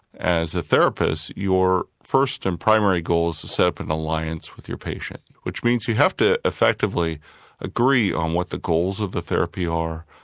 as a therapist, your first and primary goal is to set up an alliance with your patient, which means you have to effectively agree on what the goals of the therapy are,